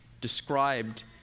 described